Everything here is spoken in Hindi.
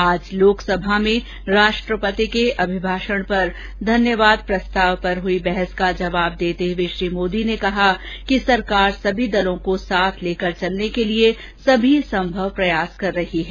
आज लोकसभा में राष्ट्रपति के अभिभाषण पर धन्यवाद प्रस्ताव पर हुई बहस का जवाब देते हुए श्री मोदी ने कहा कि सरकार सभी दलों को साथ लेकर चलने के लिए सभी संभव प्रयास कर रही है